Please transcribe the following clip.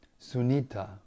Sunita